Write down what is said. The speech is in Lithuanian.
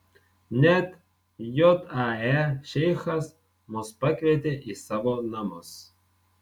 net jae šeichas mus pakvietė į savo namus